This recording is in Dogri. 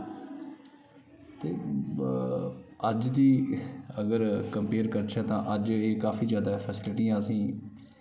ते अज्ज दी अगर कम्पेयर करचै तां अज्ज एह् काफी जादा फैसिलिटियां असें ई